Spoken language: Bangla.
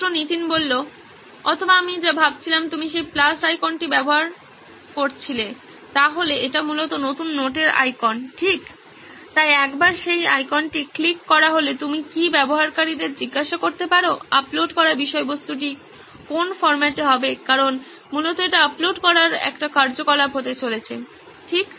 ছাত্র নীতিন অথবা আমি যা ভাবছিলাম তুমি সেই প্লাস আইকনটি তৈরি করেছিলে তাহলে এটি মূলত নতুন নোটের আইকন ঠিক তাই একবার সেই আইকনটি ক্লিক করা হলে তুমি কি ব্যবহারকারীকে জিজ্ঞাসা করতে পারো আপলোড করা বিষয়বস্তুটি কোন ফর্ম্যাটে হবে কারণ মূলত এটি আপলোড করার একটি কার্যকলাপ হতে চলেছে ঠিক